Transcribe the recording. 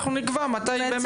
אנחנו נקבע מתי באמת,